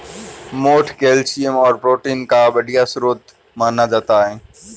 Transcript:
मोठ कैल्शियम और प्रोटीन का बढ़िया स्रोत माना जाता है